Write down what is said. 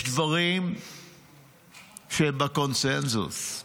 יש דברים שהם בקונסנזוס,